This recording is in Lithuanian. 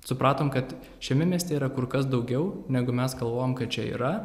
supratom kad šiame mieste yra kur kas daugiau negu mes galvojom kad čia yra